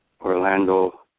Orlando